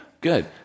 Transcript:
good